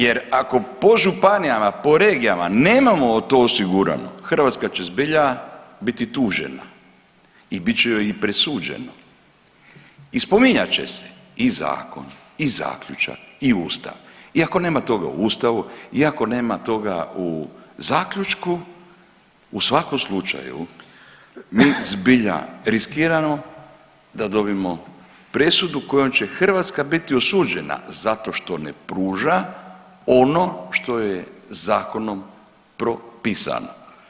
Jer ako po županijama, po regijama nemamo to osigurano Hrvatska će zbilja biti tužena i bit će joj i presuđeno i spominjat će se i zakon i zaključak i Ustav i ako nema toga u Ustavu i ako nema toga u zaključku u svakom slučaju mi zbilja riskiramo da dobimo presudu kojom će Hrvatska biti osuđena zato što ne pruža ono što joj je zakonom propisano.